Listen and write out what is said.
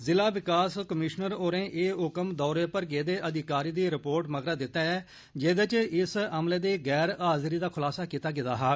ज़िला विकास कमीशनर होरें ए हक्म दौरे पर गेदे अधिकारी दी रिपोर्ट मगरा दिता ऐ जेदे च इस अमले दी गैर हाजरी दा ख्लासा कीता गेदा हा